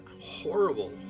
horrible